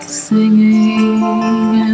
singing